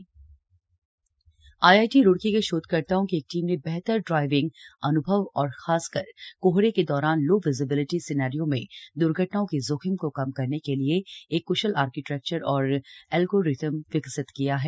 D fogging system IIT Roorkee के शोधकर्ताओं की एक टीम ने बेहतर ड्राइविंग अनुभव और खासकर कोहरे के दौरान लो विजिबिलिटी सिनेरियो में द्र्घटनाओं के जोखिम को कम करने के लिए एक क्शल आर्किटेक्चर और एल्गोरिथम विकसित किया है